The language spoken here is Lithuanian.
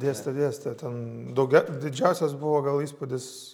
dėstė dėstė ten daugia didžiausias buvo gal įspūdis